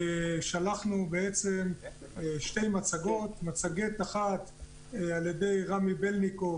שלחנו שתי מצגות: מצגת אחת על ידי רמי בלניקוב,